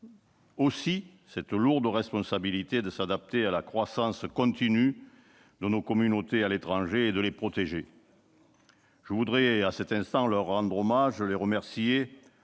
aussi cette lourde responsabilité de s'adapter à la croissance continue de nos communautés à l'étranger et de les protéger. Je voudrais leur rendre hommage, les remercier,